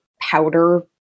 powder